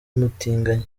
umutinganyi